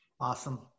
Awesome